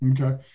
Okay